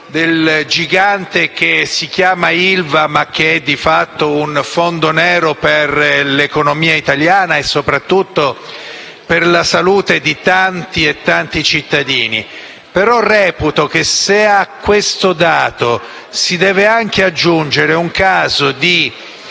dal gigante ILVA che, di fatto, è un fondo nero per l'economia italiana e soprattutto per la salute di tanti e tanti cittadini. Reputo però che, se a questo dato si deve aggiungere un caso